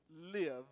live